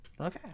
Okay